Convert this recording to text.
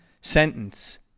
sentence